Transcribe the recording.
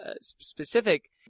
specific